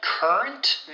Current